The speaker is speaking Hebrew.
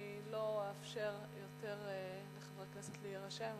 אני לא אאפשר יותר לחברי כנסת להירשם,